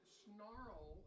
snarl